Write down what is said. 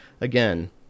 again